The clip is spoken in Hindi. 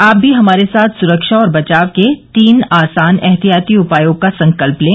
आप भी हमारे साथ सुरक्षा और बचाव के तीन आसान एहतियाती उपायों का संकल्प लें